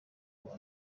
kuwa